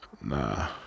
Nah